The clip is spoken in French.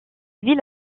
ville